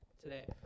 Today